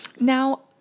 Now